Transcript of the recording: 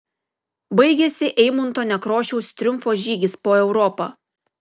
baigėsi eimunto nekrošiaus triumfo žygis po europą